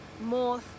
more